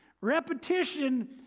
Repetition